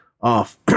off